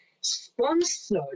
sponsored